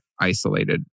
isolated